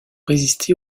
résister